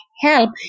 help